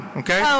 okay